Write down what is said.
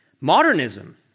Modernism